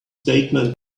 statement